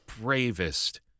bravest